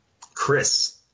Chris